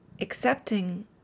accepting